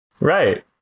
Right